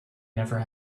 never